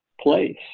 place